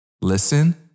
Listen